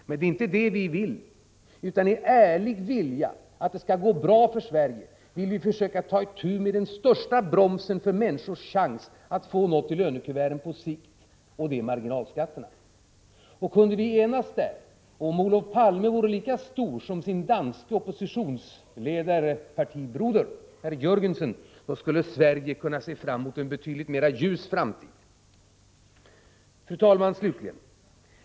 Men det är inte det som vi vill, utan med ärlig vilja att det skall gå bra för Sverige vill vi försöka att ta itu med den största bromsen för människors chans att på sikt få något i lönekuverten, nämligen med marginalskatterna. Kunde vi enas på den punkten, och vore Olof Palme lika stor som sin danske partibroder, oppositionsledaren herr Jörgensen, skulle Sverige kunna se fram mot en betydligt mera ljus framtid. Fru talman! Slutligen.